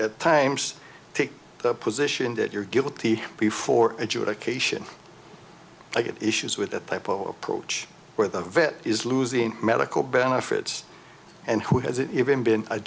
at times take the position that you're guilty before adjudication i get issues with it type of approach where the vet is losing medical benefits and who hasn't even been a